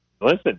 listen